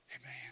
Amen